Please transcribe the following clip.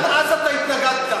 גם אז אתה התנגדת.